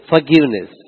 Forgiveness